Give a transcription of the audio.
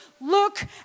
look